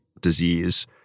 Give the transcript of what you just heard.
disease